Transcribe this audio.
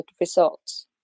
results